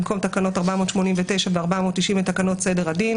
במקום "תקנות 489 ו-490 לתקנות סדר הדין"